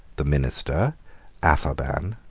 the minister apharban,